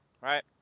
right